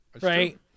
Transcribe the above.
right